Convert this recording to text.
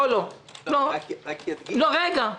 אסי מסינג, רגע,